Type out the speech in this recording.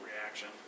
reaction